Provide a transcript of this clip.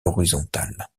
horizontales